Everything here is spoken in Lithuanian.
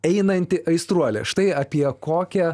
einanti aistruolė štai apie kokią